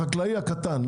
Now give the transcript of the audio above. החקלאי הקטן,